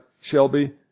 Shelby